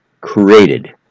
created